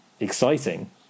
exciting